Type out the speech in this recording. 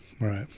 Right